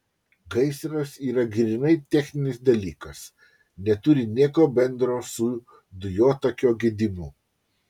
gaisras yra grynai techninis dalykas neturi nieko bendro su dujotakio gedimu